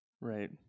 Right